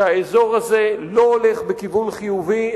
שהאזור הזה לא הולך בכיוון חיובי,